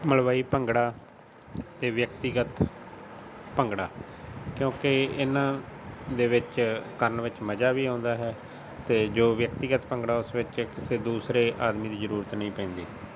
ਮਲਵਈ ਭੰਗੜਾ ਅਤੇ ਵਿਅਕਤੀਗਤ ਭੰਗੜਾ ਕਿਉਂਕਿ ਇਹਨਾਂ ਦੇ ਵਿੱਚ ਕਰਨ ਵਿੱਚ ਮਜ਼ਾ ਵੀ ਆਉਂਦਾ ਹੈ ਅਤੇ ਜੋ ਵਿਅਕਤੀਗਤ ਭੰਗੜਾ ਉਸ ਵਿੱਚ ਕਿਸੇ ਦੂਸਰੇ ਆਦਮੀ ਦੀ ਜ਼ਰੂਰਤ ਨਹੀਂ ਪੈਂਦੀ